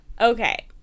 Okay